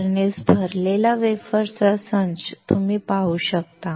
furnace भरलेला वेफरचा संच तुम्ही पाहू शकता